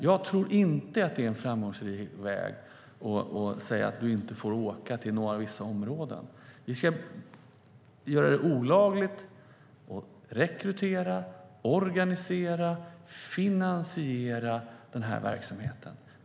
Jag tror inte att det är en framgångsrik väg att säga: Du får inte åka till vissa områden. Vi ska göra det olagligt att rekrytera och organisera och finansiera den här verksamheten.